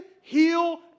heal